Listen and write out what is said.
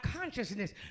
consciousness